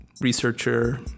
researcher